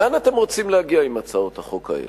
לאן אתם רוצים להגיע עם הצעות החוק האלה?